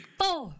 four